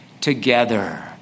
together